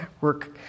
work